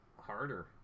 harder